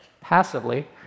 passively